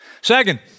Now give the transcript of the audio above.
Second